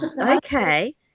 okay